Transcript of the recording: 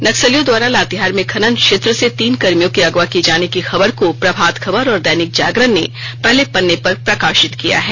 नक्सलियों द्वारा लातेहार में खनन क्षेत्र से तीन कर्मियों के अगवा किये जाने की खबर को प्रभात खबर और दैनिक जागरण ने पहले पन्ने पर प्रकाशित किया है